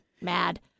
mad